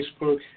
Facebook